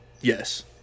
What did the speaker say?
Yes